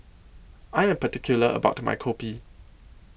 I Am particular about My Kopi